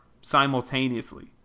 simultaneously